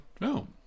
no